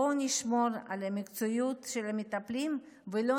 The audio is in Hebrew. בואו נשמור על המקצועיות של המטפלים ולא